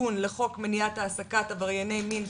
תיקון לחוק מניעת העסקת עברייני מין,